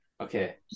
okay